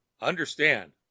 Understand